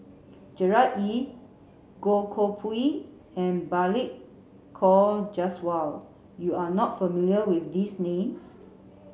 Gerard Ee Goh Koh Pui and Balli Kaur Jaswal you are not familiar with these names